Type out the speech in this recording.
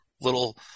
little